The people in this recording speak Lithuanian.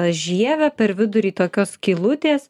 žievę per vidurį tokios skylutės